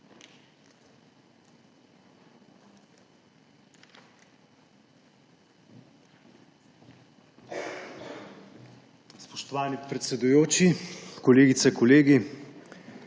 Spoštovani predsedujoči, kolegice, kolegi!